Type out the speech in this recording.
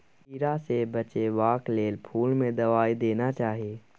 कीड़ा सँ बचेबाक लेल फुल में दवाई देना चाही